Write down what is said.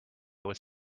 was